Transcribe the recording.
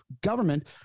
government